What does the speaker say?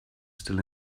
still